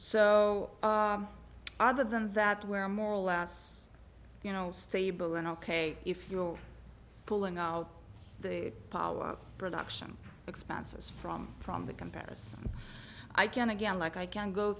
so other than that where moral last you know stable and ok if you're pulling out the power production expenses from from the comparison i can again like i can go